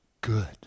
good